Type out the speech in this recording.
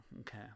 okay